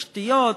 תשתיות,